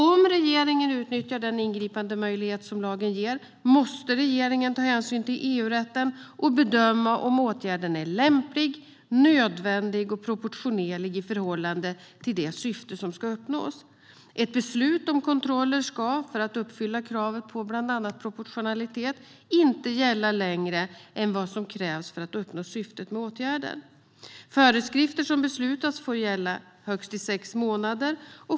Om regeringen utnyttjar den ingripandemöjlighet som lagen ger måste regeringen ta hänsyn till EU-rätten och bedöma om åtgärden är lämplig, nödvändig och proportionerlig i förhållande till det syfte som ska uppnås. Ett beslut om kontroller ska - för att uppfylla kravet på bland annat proportionalitet - inte gälla längre än vad som krävs för att uppnå syftet med åtgärden. Föreskrifter som beslutas får gälla i högst sex månader.